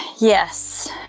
Yes